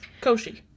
Koshi